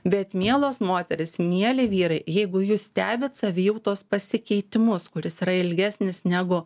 bet mielos moterys mieli vyrai jeigu jūs stebit savijautos pasikeitimus kuris yra ilgesnis negu